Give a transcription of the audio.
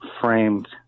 framed